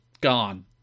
Gone